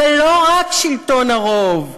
ולא רק שלטון הרוב.